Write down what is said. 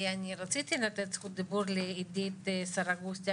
אני רציתי לתת זכות דיבור לעדית סרגוסטי,